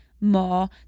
more